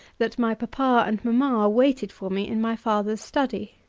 that my papa and mamma waited for me in my father's study.